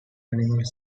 animals